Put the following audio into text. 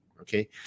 Okay